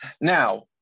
Now